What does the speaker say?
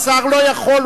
שר לא יכול.